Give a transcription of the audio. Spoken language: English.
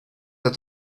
that